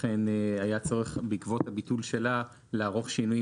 ולכן היה צורך בעקבות הביטול שלה לערוך שינויים